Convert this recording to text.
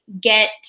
get